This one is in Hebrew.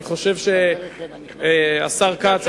השר כץ,